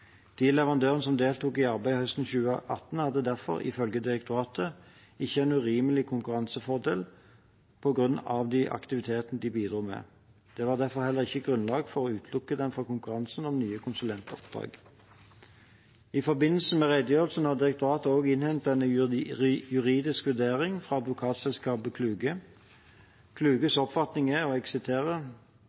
De leverandørene som deltok i arbeidet høsten 2018, hadde derfor, ifølge direktoratet, ikke en urimelig konkurransefordel på grunn av de aktivitetene de bidro med. Det var derfor heller ikke grunnlag for å utelukke dem fra konkurranse om nye konsulentoppdrag. I forbindelse med redegjørelsen har direktoratet også innhentet en juridisk vurdering fra advokatselskapet Kluge. Kluges oppfatning er: